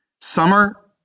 Summer